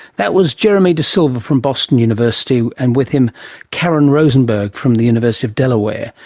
that was jeremy de silver from boston university and with him karen rosenberg from the university of delaware,